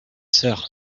sœur